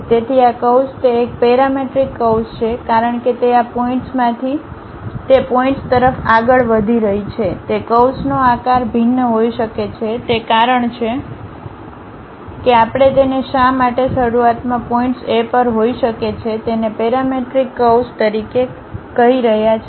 તેથી આ કર્વ્સ તે એક પેરામેટ્રિક કર્વ્સ છે કારણ કે તે આ પોઇન્ટ્સથી તે પોઇન્ટ્સ તરફ આગળ વધી રહી છે તે કર્વ્સનો આકાર ભિન્ન હોઈ શકે છે તે કારણ છે કે આપણે તેને શા માટે શરૂઆતમાં પોઇન્ટ્સ A પર હોઈ શકે છે તેને પેરામેટ્રિક કર્વ્સ તરીકે કહી રહ્યા છીએ